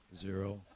Zero